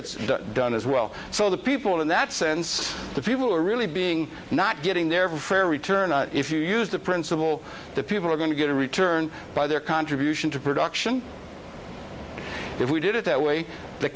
it's done as well so the people in that sense the people are really being not getting their fair return if you use the principle that people are going to get a return by their contribution to production if we did it that way the